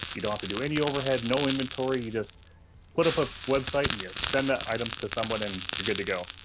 you don't have to do any overhead, no inventory, you just put up a website and you'd send that item to someone and you're good to go.